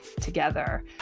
together